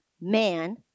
man